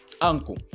uncle